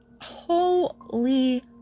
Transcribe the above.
Holy